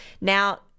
Now